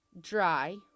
dry